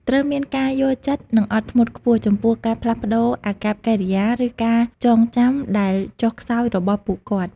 ត្រូវមានការយល់ចិត្ត និងអត់ធ្មត់ខ្ពស់ចំពោះការផ្លាស់ប្តូរអាកប្បកិរិយា ឬការចងចាំដែលចុះខ្សោយរបស់ពួកគាត់។